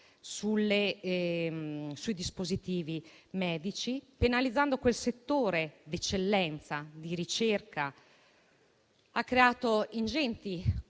sui dispositivi medici, penalizzando quel settore d'eccellenza e di ricerca, ha creato ingenti costi.